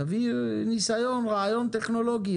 תביאו רעיון טכנולוגי.